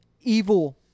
evil